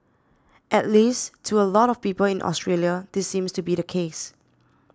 at least to a lot of people in Australia this seems to be the case